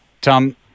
Tom